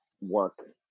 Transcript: work